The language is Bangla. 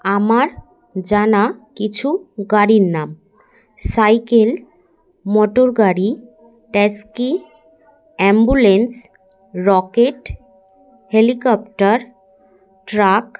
আমার জানা কিছু গাড়ির নাম সাইকেল মোটর গাড়ি taxi ambulance rocket helicopter truck